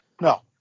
No